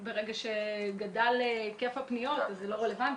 ברגע שגדל היקף הפניות אז זה לא רלוונטי.